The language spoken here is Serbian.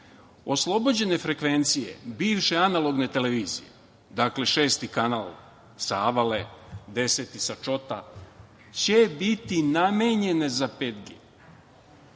Oslobođene frekvencije bivše analogne televizije, dakle šesti kanal sa Avale, 10 sa Čota će biti namenjene za 5G.Dakle,